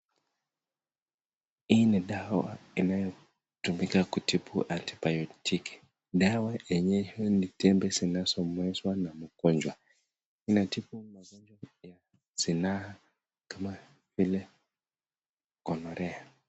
Hii ni dawa inayotumika kutibu antibayotiki, dawa yenyewe ni tembe zinazomezwa na mgonjwa, hii inatibu magonjwa ya zinaa kama vile gonorrhoea .